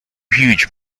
huge